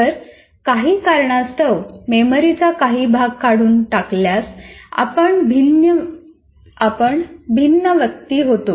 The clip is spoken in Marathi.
तर काही कारणास्तव मेमरीचा काही भाग काढून टाकल्यास आपण भिन्न व्यक्ती होतो